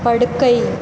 படுக்கை